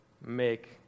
make